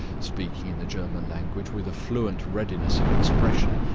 speaking in the german language, with a fluent readiness of expression,